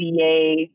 VA